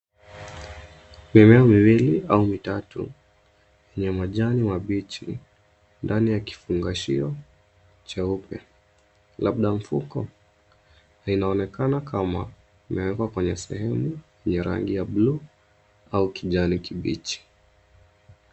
Mimea miwili au mitatu yenye majani mabichi ndani ya kifungashio cheupe, labda mfuko. Inaonekana kama imewekwa kwenye sehemu ya rangi ya buluu au kijani kibichi.